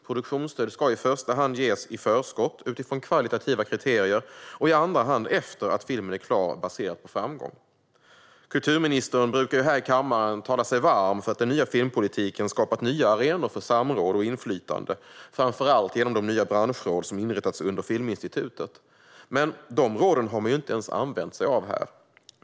Produktionsstöd ska i första hand ges i förskott utifrån kvalitativa kriterier och i andra hand efter det att filmen är klar baserat på framgång. Kulturministern brukar här i kammaren tala sig varm för att den nya filmpolitiken skapat nya arenor för samråd och inflytande, framför allt genom de nya branschråd som inrättats under Filminstitutet. Men dessa råd har man ju inte ens använt här.